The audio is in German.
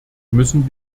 müssen